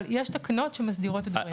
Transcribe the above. אבל יש תקנות שמסדירות את הדברים.